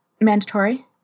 mandatory